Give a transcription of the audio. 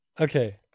okay